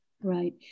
Right